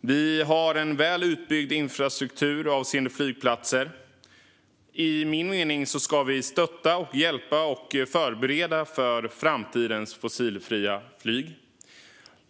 Vi har en väl utbyggd infrastruktur avseende flygplatser. Enligt min mening ska vi stötta, hjälpa och förbereda för framtidens fossilfria flyg.